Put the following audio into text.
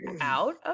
out